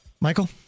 Michael